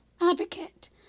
advocate